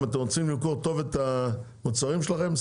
אם אתם רוצים למכור טוב את המוצרים שלהם,